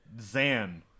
Zan